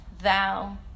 thou